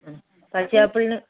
ആ പച്ച ആപ്പിളിന്